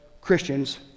Christians